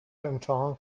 امتحان